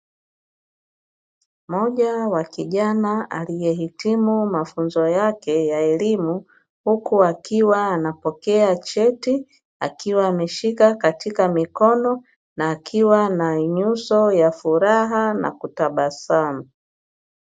Moja wa kijana aliyehitimu mafunzo yake ya elimu, huku akiwa anapokea cheti akiwa ameshika katika mikono, na akiwa na nyuso ya furaha na kutabasamu.